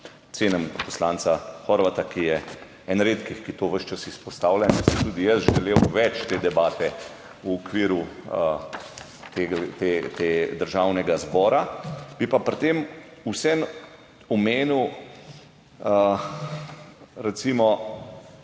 cenim poslanca Horvata, ki je eden redkih, ki to ves čas izpostavlja in si tudi jaz želel več te debate v okviru državnega zbora. Bi pa pri tem vseeno omenil recimo